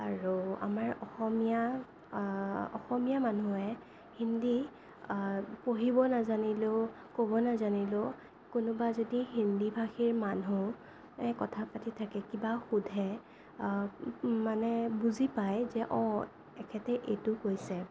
আৰু আমাৰ অসমীয়া অসমীয়া মানুহে হিন্দী পঢ়িব নাজানিলেও ক'ব নাজানিলেও কোনোবা যদি হিন্দী ভাষীৰ মানুহে কথা পাতি থাকে কিবা সোধে মানে বুজি পায় যে অঁ এখেতে এইটো কৈছে